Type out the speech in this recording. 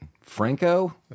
Franco